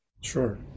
Sure